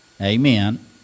Amen